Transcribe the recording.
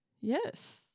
Yes